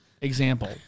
Example